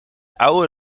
oude